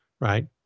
right